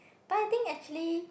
but I think actually